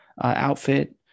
outfit